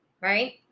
Right